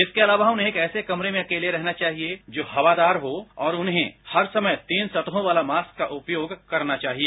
इसके अलावा उन्हे एक ऐसे कमरे में अकेले रहना चाहिये जो हवादारहो और उन्हे हर समय तीन सतहों वाले मास्क का उपयोग करना चाहिए